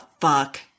fuck